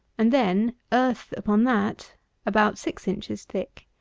and then earth upon that about six inches thick.